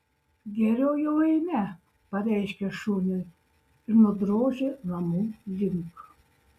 geriau jau eime pareiškė šuniui ir nudrožė namų link